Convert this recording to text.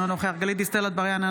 אינו נוכח גלית דיסטל אטבריאן,